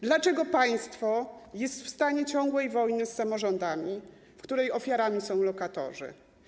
Dlaczego państwo jest w stanie ciągłej wojny z samorządami, której ofiarami są lokatorzy?